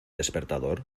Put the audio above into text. despertador